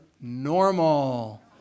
normal